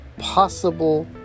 Possible